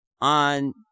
on